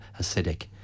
acidic